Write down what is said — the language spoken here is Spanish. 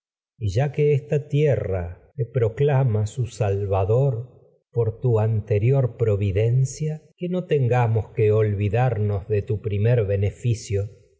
nuestras bendicionespy su esta tierra proclama salvador por tu anterior pro edipo rey ate videncia que no tengamos que olvidarnos de tu primer beneficio